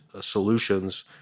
solutions